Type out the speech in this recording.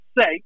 say